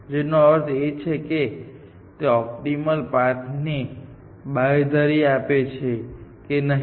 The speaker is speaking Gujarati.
જેનો અર્થ એ છે કે તે ઓપ્ટિમલ પાથ ની બાંયધરી આપે છે કે નહીં